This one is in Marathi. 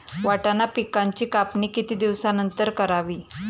वाटाणा पिकांची कापणी किती दिवसानंतर करावी?